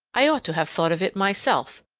i ought to have thought of it myself,